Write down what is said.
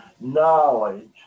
knowledge